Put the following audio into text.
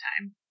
time